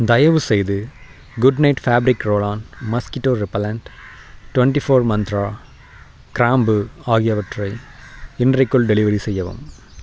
தயவுசெய்து good night fabric roll on mosquito repellent twenty four Mantra கிராம்பு ஆகியவற்றை இன்றைக்குள் டெலிவெரி செய்யவும்